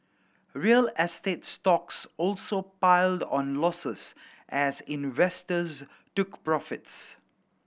real estate stocks also piled on losses as investors took profits